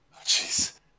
Jeez